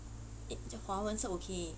讲华文是 okay